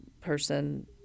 person